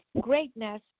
greatness